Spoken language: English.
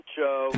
Show